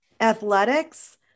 athletics